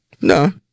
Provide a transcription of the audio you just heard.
No